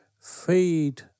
feed